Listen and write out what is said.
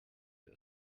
wird